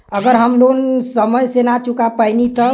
अगर हम लोन समय से ना चुका पैनी तब?